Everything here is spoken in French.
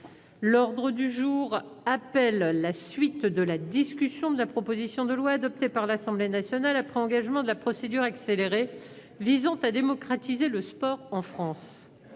L'ordre du jour appelle la suite de la discussion de la proposition de loi, adoptée par l'Assemblée nationale après engagement de la procédure accélérée, visant à démocratiser le sport en France